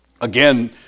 Again